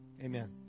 Amen